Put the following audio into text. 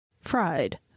Fried